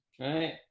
right